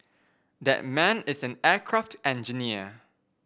that man is an aircraft engineer